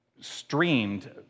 streamed